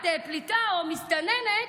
את פליטה או מסתננת?